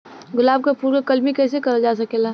गुलाब क फूल के कलमी कैसे करल जा सकेला?